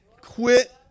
Quit